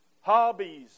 Hobbies